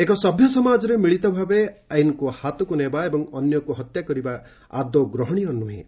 ଏକ ସଭ୍ୟ ସମାଜରେ ମିଳିତ ଭାବେ ଆଇନ୍କୁ ହାତକୁ ନେବା ଏବଂ ଅନ୍ୟକୁ ହତ୍ୟା କରିବା ଗ୍ରହଣୀୟ ନୃହେଁ